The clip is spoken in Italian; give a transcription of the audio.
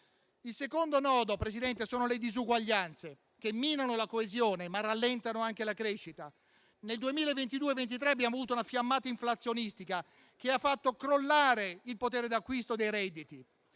Il secondo nodo, Presidente, sono le disuguaglianze, che minano la coesione, ma rallentano anche la crescita. Nel 2022-2023 abbiamo avuto una fiammata inflazionistica che ha fatto crollare il potere d'acquisto dei redditi: